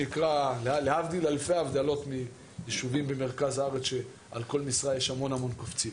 להבדיל אלפי הבדלות מיישובים במרכז הארץ שעל כל משרה יש המון קופצים.